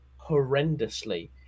horrendously